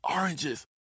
oranges